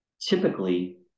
typically